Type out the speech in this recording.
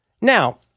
Now